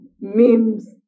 memes